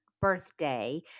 birthday